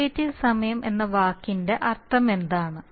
derivative സമയം എന്ന വാക്കിന്റെ അർത്ഥമെന്താണ്